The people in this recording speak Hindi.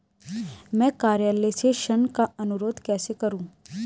मैं कार्यालय से ऋण का अनुरोध कैसे करूँ?